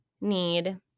need